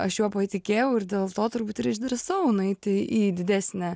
aš juo patikėjau ir dėl to turbūt ir išdrįsau nueiti į didesnę